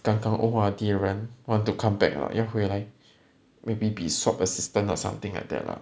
刚刚 O_R_D 的人 one to come back or not 要回来 maybe be swap assistant or something like that lah